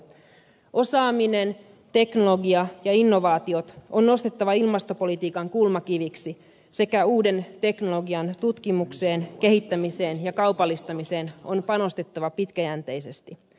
osaaminen teknologia ja innovaatiot on nostettava ilmastopolitiikan kulmakiviksi ja uuden teknologian tutkimukseen kehittämiseen ja kaupallistamiseen on panostettava pitkäjänteisesti